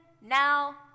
now